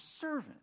servant